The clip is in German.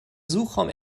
suchraum